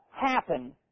happen